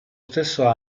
stesso